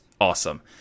awesome